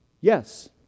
Yes